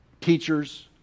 Teachers